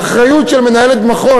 האחריות של מנהלת המחוז,